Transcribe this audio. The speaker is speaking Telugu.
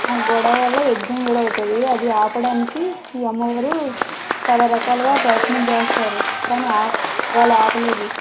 ఆ గొడవ వల్ల యుద్ధం కూడా అవుతుంది అది ఆపడానికి ఈ అమ్మవారు చాలా రకాలుగా ప్రయత్నం చేస్తారు కానీ ఆ వాళ్ళు ఆపలేదు